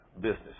Business